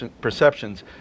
Perceptions